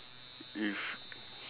if